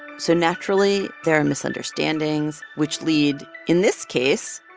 so naturally, there are misunderstandings, which lead, in this case,